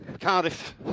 Cardiff